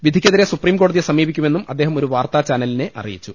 വിധിക്കെതിരെ സുപ്രീംകോടതിയെ സമീപിക്കുമെന്നും അദ്ദേഹം ഒരു വാർത്താചാനലിനെ അറിയിച്ചു